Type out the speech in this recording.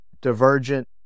divergent